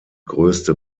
größte